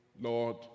Lord